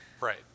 Right